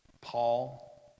paul